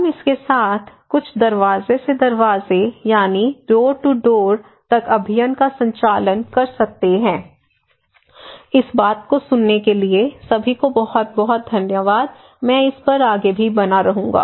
हम इसके साथ कुछ दरवाजे से दरवाजे तक अभियान का संचालन कर सकते हैं इस बात को सुनने के लिए सभी को बहुत बहुत धन्यवाद मैं इस पर आगे भी बना रहूंगा